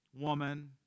woman